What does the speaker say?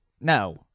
No